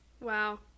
Wow